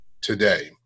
today